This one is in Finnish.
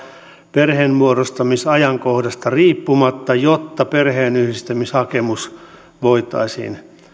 perheenmuodostamisajankohdasta riippumatta jotta perheenyhdistämishakemus voitaisiin